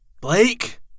Blake